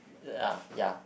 uh ah ya